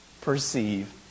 Perceive